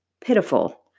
pitiful